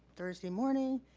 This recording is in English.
thursday morning,